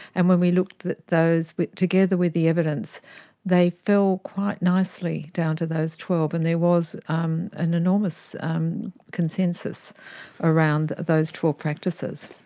and when we looked at those together with the evidence they fell quite nicely down to those twelve, and there was um an enormous um consensus around those twelve practices.